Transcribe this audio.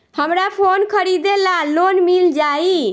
हमरा फोन खरीदे ला लोन मिल जायी?